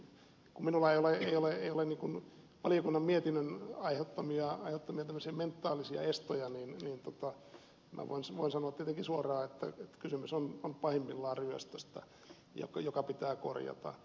kun minulla ei ole valiokunnan mietinnön aiheuttamia tämmöisiä mentaalisia estoja niin minä voin sanoa tietenkin suoraan että kysymys on pahimmillaan ryöstöstä joka pitää korjata